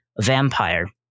Vampire